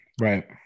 Right